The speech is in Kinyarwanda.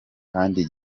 kandi